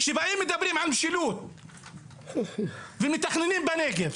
כשבאים ומדברים על משילות ומתכננים בנגב,